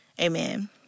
amen